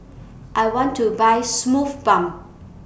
I want to Buy Sumuf Balm